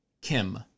Kim